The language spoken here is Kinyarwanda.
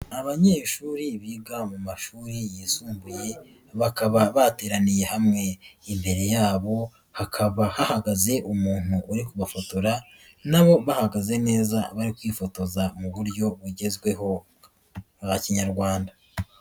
Abanyeshuri biga mu mashuri yisumbuye bakaba bateraniye hamwe, imbere yabo hakaba hahagaze umuntu uri kubafotora, na bo bahagaze neza bari kwifotoza mu buryo bugezweho bwa kinyarwanda.